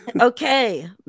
okay